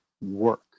work